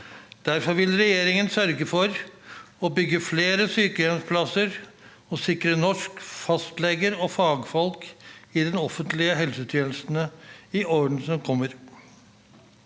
Derfor vil regjeringen sørge for å bygge flere sykehjemsplasser og sikre nok fastleger og fagfolk i den offentlige helsetjenesten i årene som kommer.